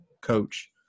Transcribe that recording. Coach